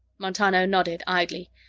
montano nodded, idly.